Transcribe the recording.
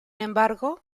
embargo